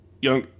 young